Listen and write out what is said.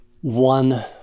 one